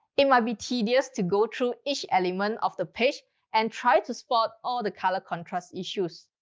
it might be tedious to go through each element of the page and try to spot all the color contrast issues.